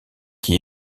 qui